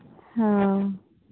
ᱦᱮᱸ